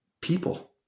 People